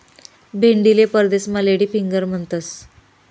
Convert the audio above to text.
भेंडीले परदेसमा lady finger म्हणतंस